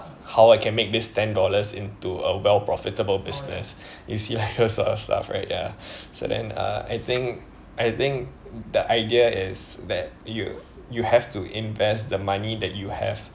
how I can make this ten dollars into a well profitable business you see like those sort of stuff right ya so then ah I think I think the idea is that you you have to invest the money that you have